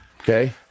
okay